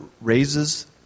raises